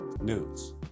News